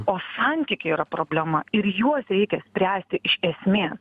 o santykiai yra problema ir juos reikia spręsti iš esmės